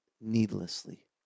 needlessly